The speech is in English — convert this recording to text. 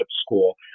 School